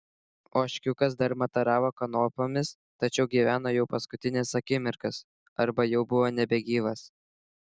ožkiukas dar mataravo kanopomis tačiau gyveno jau paskutines akimirkas arba jau buvo nebegyvas